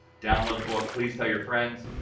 download the book please tell your friends.